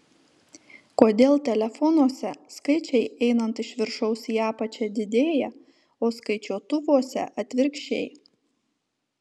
kodėl telefonuose skaičiai einant iš viršaus į apačią didėja o skaičiuotuvuose atvirkščiai